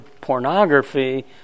pornography